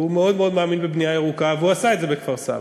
והוא מאוד מאוד מאמין בבנייה ירוקה והוא עשה את זה בכפר-סבא,